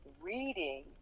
reading